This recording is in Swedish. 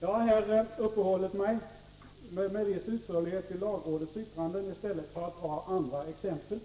Jag har här uppehållit mig med viss utförlighet vid lagrådets yttranden i stället för att ge andra exempel,